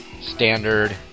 Standard